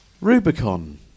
Rubicon